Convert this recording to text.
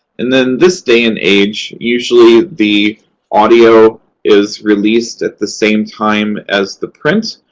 and then, this day and age, usually the audio is released at the same time as the print.